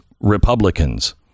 Republicans